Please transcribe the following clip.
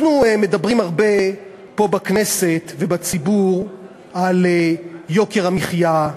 אנחנו מדברים הרבה פה בכנסת ובציבור על יוקר המחיה,